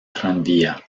tranvía